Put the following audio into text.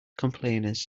complainers